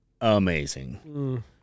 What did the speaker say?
amazing